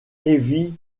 heavy